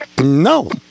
no